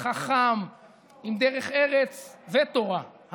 חכם עם דרך ארץ ותורה,